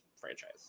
franchise